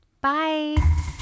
Bye